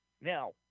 Now